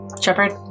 Shepard